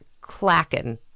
clacking